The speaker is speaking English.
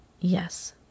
Yes